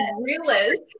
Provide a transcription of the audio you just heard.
realist